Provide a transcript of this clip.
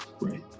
right